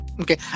Okay